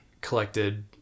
collected